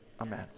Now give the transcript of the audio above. amen